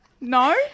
No